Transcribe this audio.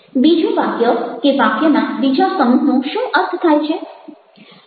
બીજું વાક્ય કે વાક્યના બીજા સમૂહનો શું અર્થ થાય છે